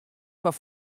foar